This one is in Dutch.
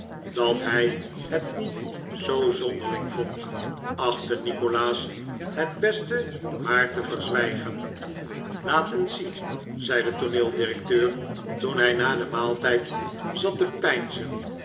dat hij het niet zoo zonderling vond achtte nikolaas het beste maar te verzwijgen laat eens zien zei de tooneeldirecteur toen hij na den maaltijd zat te